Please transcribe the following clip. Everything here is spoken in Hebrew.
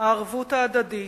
הערבות ההדדית,